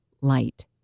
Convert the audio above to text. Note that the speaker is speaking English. light